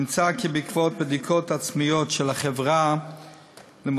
נמצא כי בעקבות בדיקות עצמיות של החברה לגבי